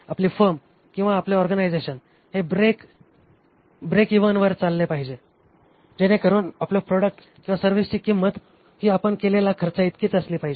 आपली फर्म किंवा आपले ऑर्गनायझेशन हे ब्रेक इव्हनवर चालले पाहिजे जेणेकरून आपल्या प्रॉडक्ट किंवा सर्व्हिसची किंमत ही आपण केलेल्या खर्चाइतकी असलीच पाहिजे